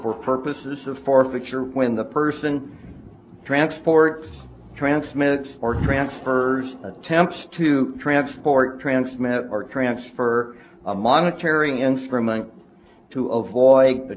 for purposes of forfeiture when the person transports transmitter or transfers attempts to transport transmit or transfer a monetary instrument to avoid the